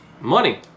Money